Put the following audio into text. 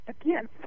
again